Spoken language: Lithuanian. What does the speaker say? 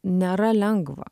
nėra lengva